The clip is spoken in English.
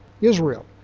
Israel